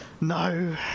no